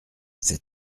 c’est